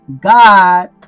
God